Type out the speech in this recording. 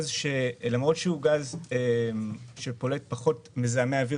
למרות שהוא גז שפולט פחות מזהמי אוויר